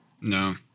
No